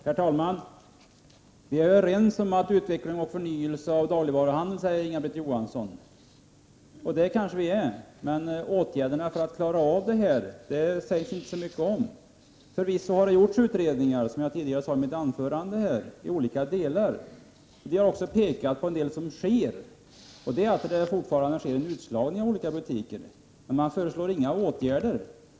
Herr talman! Vi är överens om behovet av utveckling och förnyelse av dagligvaruhandeln, säger Inga-Britt Johansson. Det är vi kanske, men det sägs inte så mycket om de åtgärder som krävs för att klara detta. Förvisso har det gjorts utredningar, som jag sade i mitt tidigare anförande, om olika avsnitt. Vi har också pekat på en del av det som sker, bl.a. på den utslagning av butiker som äger rum, men man föreslår inga åtgärder.